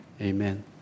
amen